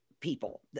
people